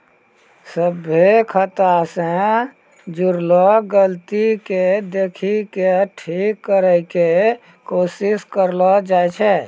सभ्भे खाता से जुड़लो गलती के देखि के ठीक करै के कोशिश करलो जाय छै